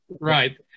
right